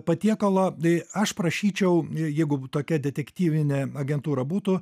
patiekalo tai aš prašyčiau jeigu tokia detektyvinė agentūra būtų